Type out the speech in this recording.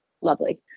lovely